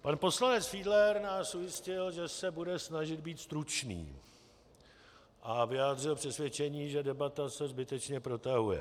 Pan poslanec Fiedler nás ujistil, že se bude snažit být stručný, a vyjádřil přesvědčení, že debata se zbytečně protahuje.